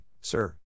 sir